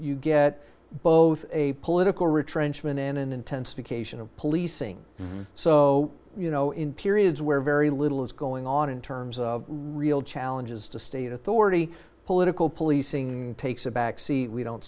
you get both a political retrenchment in an intensification of policing so you know in periods where very little is going on in terms of real challenges to state authority political policing takes a back seat we don't